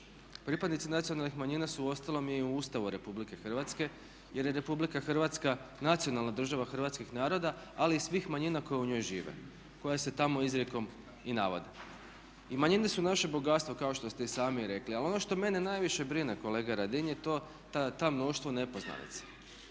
Pripadnici nacionalnih manjina su u ostalom i u Ustavu RH jer je RH nacionalna država hrvatskih naroda ali i svih manjina koje u njoj žive koja se tamo izrijekom i navodi. I manjine su naše bogatstvo kao što ste i sami rekli, ali ono što mene najviše brine kolega Radin je to mnoštvo nepoznanica,